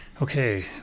Okay